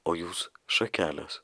o jūs šakelės